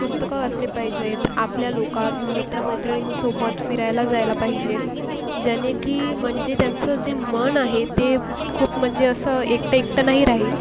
पुस्तकं वाचले पाहिजेत आपल्या लोकांत मित्रमैत्रीणींसोबत फिरायला जायला पाहिजे जेणे की म्हणजे त्यांचं जे मन आहे ते खूप म्हणजेअसं एकटे एकटं नाही राहील